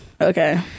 Okay